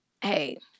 Hey